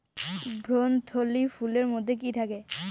ভ্রূণথলি ফুলের মধ্যে থাকে